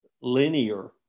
linear